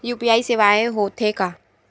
UPI सेवाएं हो थे का?